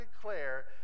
declare